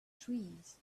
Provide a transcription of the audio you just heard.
trees